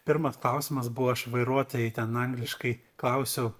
pirmas klausimas buvo aš vairuotojai ten angliškai klausiau